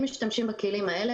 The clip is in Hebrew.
אם משתמשים בכלים האלה,